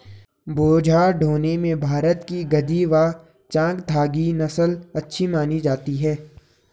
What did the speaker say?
बोझा ढोने में भारत की गद्दी व चांगथागी नस्ले अच्छी मानी जाती हैं